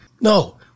No